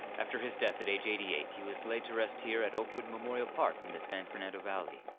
after his death at age eighty eight he was laid to rest here at oakwood memorial park in the san fernando valley,